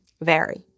vary